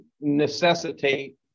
necessitate